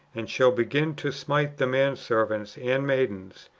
and shall begin to smite the man-servants and maidens,